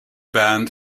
band